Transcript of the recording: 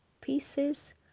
pieces